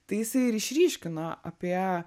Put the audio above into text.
tai jisai ir išryškino apie